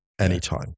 anytime